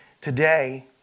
today